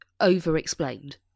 over-explained